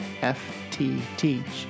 FTTeach